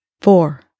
four